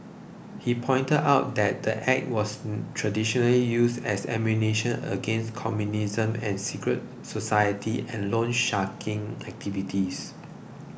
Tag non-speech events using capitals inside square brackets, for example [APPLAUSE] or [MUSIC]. he pointed out that the Act was [HESITATION] traditionally used as ammunition against communism and secret society and loan sharking activities